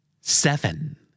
Seven